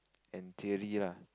and theory lah